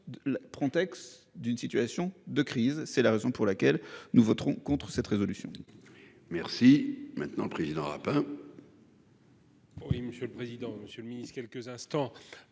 Frontex d'une situation de crise, c'est la raison pour laquelle nous voterons contre cette résolution. Merci. Maintenant le président lapin. Oui, monsieur le président, Monsieur le Ministre quelques instants